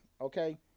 okay